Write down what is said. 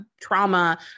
trauma